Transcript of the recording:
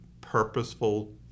purposeful